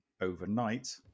overnight